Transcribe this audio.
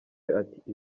ati